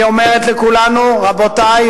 והיא אומרת לכולנו: רבותי,